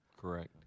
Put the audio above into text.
Correct